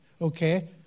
okay